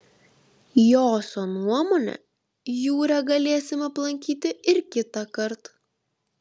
joso nuomone jūrę galėsim aplankyti ir kitąkart